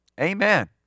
Amen